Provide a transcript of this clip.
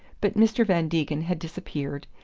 but mr. van degen had disappeared,